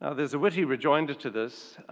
ah there's a witty rejoinder to this.